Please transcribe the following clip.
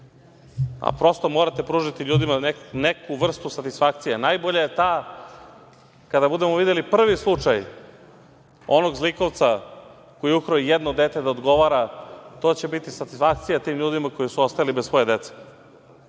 prosto morate pružiti ljudima neku vrstu satisfakcije. Najbolja je ta kada budemo videli prvi slučaj onog zlikovca koji je ukrao i jedno dete da odgovara to će biti satisfakcija tim ljudima koji su ostali bez svoje dece.